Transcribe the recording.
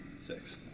six